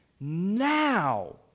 now